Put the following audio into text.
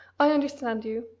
i understand you.